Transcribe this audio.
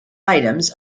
items